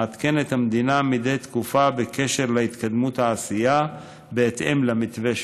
מעדכנת הממשלה מדי תקופה בקשר להתקדמות העשייה בהתאם למתווה שהוצע.